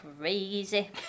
crazy